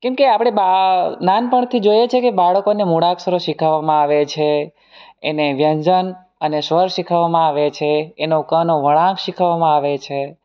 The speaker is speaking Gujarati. કેમકે આપણે નાનપણથી જોઈએ છીએ કે બાળકોને મૂળાક્ષરો શીખવવામાં આવે છે એને વ્યંજન અને સ્વર શીખવવામાં આવે છે એનો ક નો વળાંક શીખવામાં આવે છે